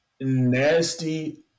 nasty